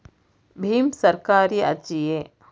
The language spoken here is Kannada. ಭೀಮ್ ಸರ್ಕಾರಿ ಅರ್ಜಿಯೇ?